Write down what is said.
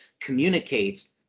communicates